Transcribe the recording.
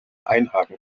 einhaken